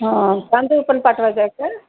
हां तांदूळ पण पाठवायचा आहे का